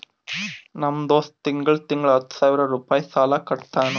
ನಮ್ ದೋಸ್ತ ತಿಂಗಳಾ ತಿಂಗಳಾ ಹತ್ತ ಸಾವಿರ್ ರುಪಾಯಿ ಸಾಲಾ ಕಟ್ಟತಾನ್